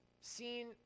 seen